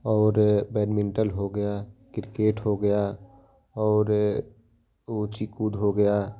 और बैडमिंटन हो गया क्रिकेट हो गया और ऊंची कूद हो गया